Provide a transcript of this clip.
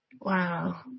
Wow